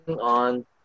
on